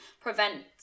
prevent